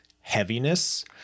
heaviness